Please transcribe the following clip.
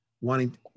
wanting